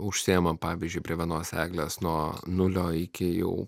užsiima pavyzdžiui prie vienos eglės nuo nulio iki jau